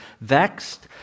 vexed